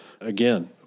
again